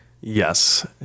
Yes